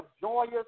joyous